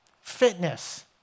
Fitness